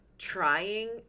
trying